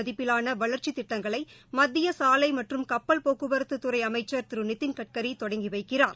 மதிப்பீலானவளர்ச்சிதிட்டங்களைமத்தியசாலைமற்றும் கப்பல் போக்குவர்த்துதுறைஅமைச்சர் திருநிதின் கட்கரிதொடங்கிவைக்கிறார்